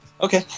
Okay